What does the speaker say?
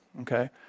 Okay